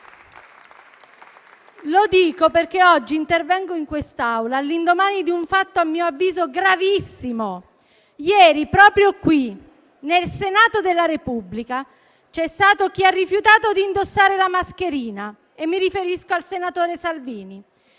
Lo dico perché oggi intervengo in Aula all'indomani di un fatto, a mio avviso, gravissimo. Ieri, proprio qui, nel Senato della Repubblica, c'è stato chi ha rifiutato di indossare la mascherina: mi riferisco al senatore Salvini.